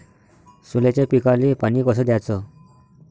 सोल्याच्या पिकाले पानी कस द्याचं?